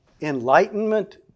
enlightenment